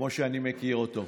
כמו שאני מכיר אותו.